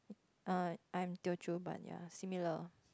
I I am Teochew but ya similar